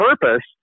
purpose